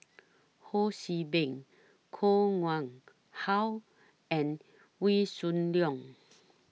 Ho See Beng Koh Nguang How and Wee Soon Leong